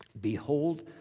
behold